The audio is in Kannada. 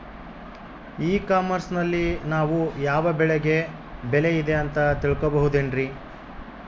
ಇ ಕಾಮರ್ಸ್ ನಲ್ಲಿ ನಾವು ಯಾವ ಬೆಳೆಗೆ ಬೆಲೆ ಇದೆ ಅಂತ ತಿಳ್ಕೋ ಬಹುದೇನ್ರಿ?